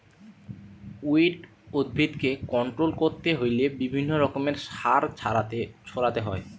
weed উদ্ভিদকে control করতে হইলে বিভিন্ন রকমের সার ছড়াতে হয়